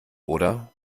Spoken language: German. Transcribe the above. oder